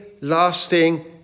lasting